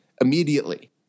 Immediately